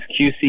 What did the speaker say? QC